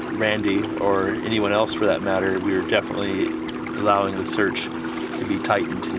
randy or anyone else for that matter, we are definitely allowing the search to be tightened,